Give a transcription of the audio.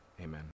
amen